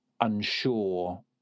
unsure